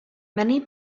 many